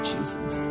Jesus